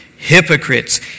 Hypocrites